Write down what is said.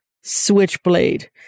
Switchblade